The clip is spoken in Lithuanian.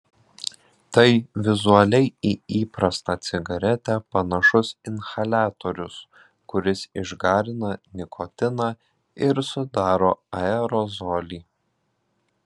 tai vizualiai į įprastą cigaretę panašus inhaliatorius kuris išgarina nikotiną ir sudaro aerozolį